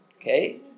Okay